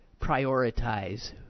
prioritize